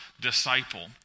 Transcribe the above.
disciple